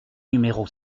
numéro